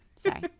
Sorry